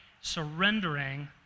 surrendering